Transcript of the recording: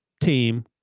team